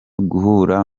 guhura